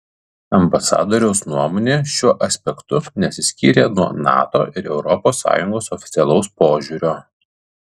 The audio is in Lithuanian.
ambasadoriaus nuomonė šiuo aspektu nesiskyrė nuo nato ir europos sąjungos oficialaus požiūrio